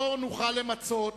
לא נוכל למצות